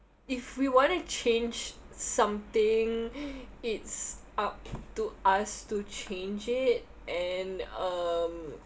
if we want to change something it's up to us to change it and um